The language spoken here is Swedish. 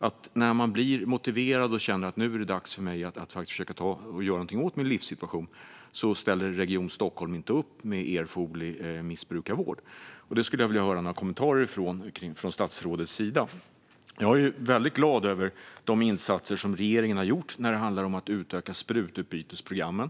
När en person blir motiverad och känner att det är dags att försöka göra någonting åt livssituationen ställer Region Stockholm inte upp med erforderlig missbrukarvård. Det skulle jag vilja höra några kommentarer kring från statsrådets sida. Jag är glad över de insatser som regeringen har gjort när det gäller att utöka sprututbytesprogrammen.